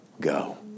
go